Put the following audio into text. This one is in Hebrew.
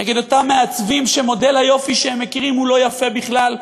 נגד אותם מעצבים שמודל היופי שהם מכירים הוא לא יפה בכלל,